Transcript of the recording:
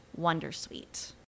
Wondersuite